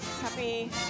happy